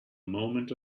moment